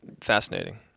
fascinating